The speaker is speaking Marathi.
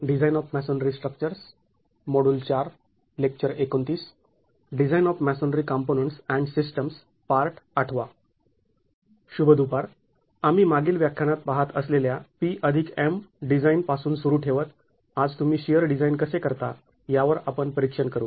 शुभ दुपार आम्ही मागील व्याख्यानात पाहत असलेल्या P M डिझाईन पासून सुरू ठेवत आज तुम्ही शिअर डिझाईन कसे करता यावर आपण परीक्षण करू